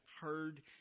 heard